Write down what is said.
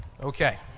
okay